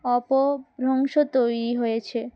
অপভ্রংশ তৈরি হয়েছে